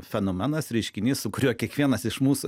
fenomenas reiškinys su kuriuo kiekvienas iš mūsų